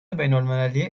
بینالمللی